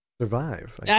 Survive